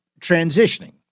transitioning